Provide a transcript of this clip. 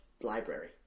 library